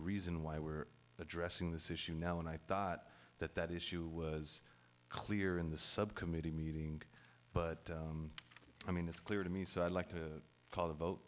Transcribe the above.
reason why we're addressing this issue now and i thought that that issue was clear in the subcommittee meeting but i mean it's clear to me so i'd like to call the vote